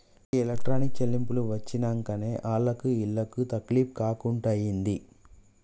గీ electronic చెల్లింపులు వచ్చినంకనే ఆళ్లకు ఈళ్లకు తకిలీబ్ గాకుంటయింది